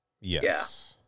Yes